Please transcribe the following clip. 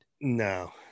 no